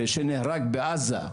שנהרג בעזה.